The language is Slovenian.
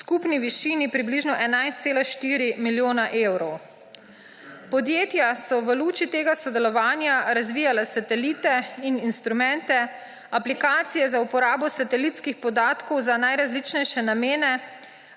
v skupni višini približno 11,4 milijona evrov. Podjetja so v luči tega sodelovanja razvijala satelite in instrumente, aplikacije za uporabo satelitskih podatkov za najrazličnejše namene,